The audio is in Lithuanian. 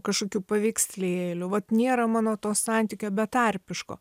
kažkokių paveikslėlių vat nėra mano to santykio betarpiško